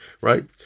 right